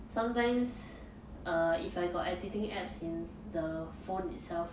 sometimes err if I got editing apps in the phone itself